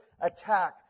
attack